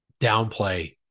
downplay